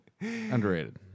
underrated